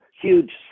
huge